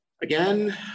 again